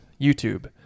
YouTube